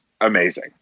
amazing